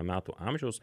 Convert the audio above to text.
metų amžiaus